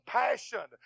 passion